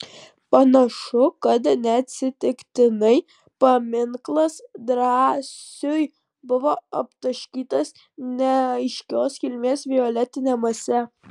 panašu kad neatsitiktinai paminklas drąsiui buvo aptaškytas neaiškios kilmės violetine mase